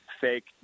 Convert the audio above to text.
fake